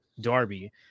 Darby